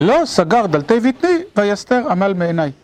לא סגר דלתי בטני ויסתר עמל מעיני